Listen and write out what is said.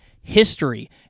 history